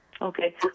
Okay